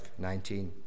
19